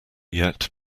yet